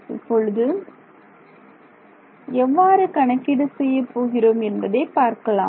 இப்பொழுது எவ்வாறு கணக்கீடு செய்ய போகிறோம் என்பதை பார்க்கலாம்